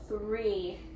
three